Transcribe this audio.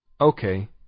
Okay